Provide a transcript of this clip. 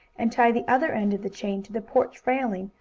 and tie the other end of the chain to the porch railing,